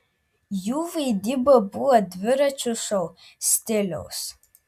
jų vaidyba buvo dviračio šou stiliaus